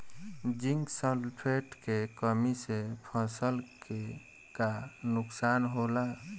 Zinc sulphate के कमी से फसल के का नुकसान होला?